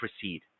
proceed